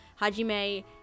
hajime